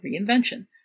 reinvention